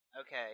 Okay